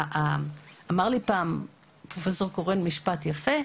אמר לי פעם פרופסור קורן משפט יפה,